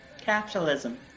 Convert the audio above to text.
Capitalism